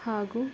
ಹಾಗು